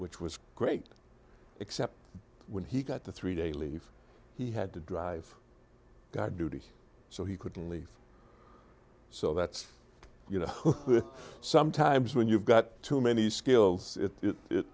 which was great except when he got the three day leave he had to drive guard duty so he couldn't leave so that's you know sometimes when you've got too many skills